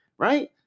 right